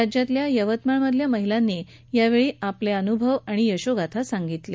राज्यातल्या यवतमाळमधल्या महिलांनी यावेळी आपले अनुभव आणि यशोगाथा सांगितल्या